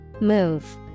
Move